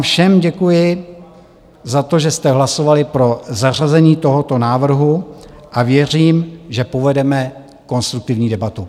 Všem vám děkuji za to, že jste hlasovali pro zařazení tohoto návrhu, a věřím, že povedeme konstruktivní debatu.